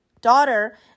daughter